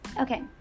Okay